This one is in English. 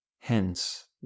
Hence